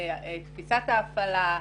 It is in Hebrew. בתפיסת ההפעלה,